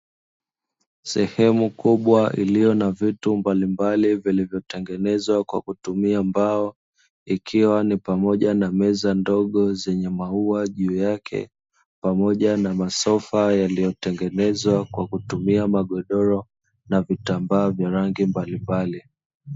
Sehemu kubwa iliyo na vitu mbalimbali vilivyotengenezwa kwa kutumia mbao, ikiwa ni pamoja na meza ndogo zenye maua juu yake, pamoja na masofa yaliyotengenezwa kwa kutumia magodoro, na vitambaa vya rangi mbalimbali.